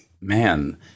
man